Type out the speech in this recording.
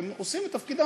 והם עושים את תפקידם,